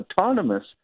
autonomous